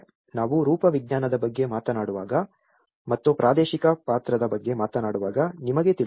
ನಾವು ರೂಪವಿಜ್ಞಾನದ ಬಗ್ಗೆ ಮಾತನಾಡುವಾಗ ಮತ್ತು ಪ್ರಾದೇಶಿಕ ಪಾತ್ರದ ಬಗ್ಗೆ ಮಾತನಾಡುವಾಗ ನಿಮಗೆ ತಿಳಿದಿದೆ